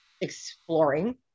exploring